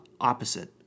opposite